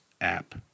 app